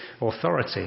authority